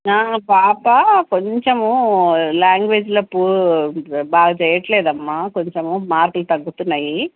పాప కొంచెము లాంగ్వేజ్లో పూ బాగా చేయట్లేదు అమ్మ కొంచెము మార్కులు తగ్గుతున్నాయి